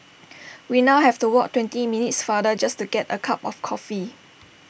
we now have to walk twenty minutes farther just to get A cup of coffee